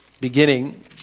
beginning